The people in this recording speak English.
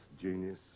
genius